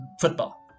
football